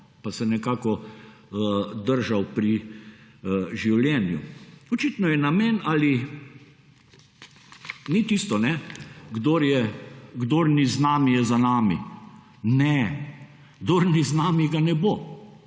pa se nekako držal pri življenju. Očitno je namen ali, ni tisto, kdor ni z nami je za nami. Ne. kdor ni z nami ga ne bo,